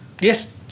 yes